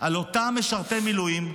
על אותם משרתי מילואים,